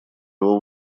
его